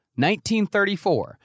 1934